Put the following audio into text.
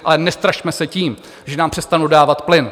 Ale nestrašme se tím, že nám přestanou dávat plyn.